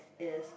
is